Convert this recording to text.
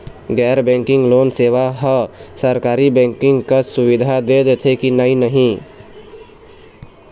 गैर banking loan सेवा हा सरकारी बैंकिंग कस सुविधा दे देथे कि नई नहीं?